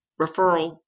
referral